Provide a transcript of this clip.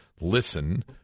listen